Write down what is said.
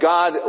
God